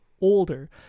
older